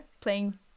playing